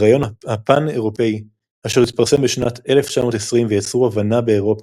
ורעיון הפאן אירופאי אשר התפרסם בשנת 1920 ויצרו הבנה באירופה,